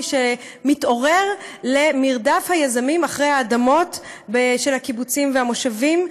מי שמתעורר למרדף היזמים אחרי האדמות של הקיבוצים והמושבים,